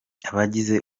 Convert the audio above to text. abagize